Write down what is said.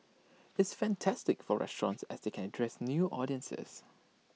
it's fantastic for restaurants as they can address new audiences